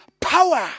power